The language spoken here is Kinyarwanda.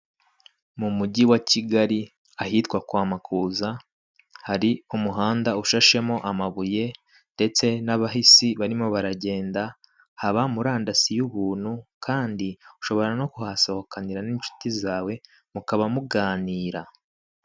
Mu mujyi wa kigali ahitwa kwa Makuza, hari umuhanda ushashemo amabuye ndetse n'abahisi barimo baragenda, haba murandasi y'ubuntu kandi ushobora no kuhasohokanira n'inshuti zawe mukaba muganira.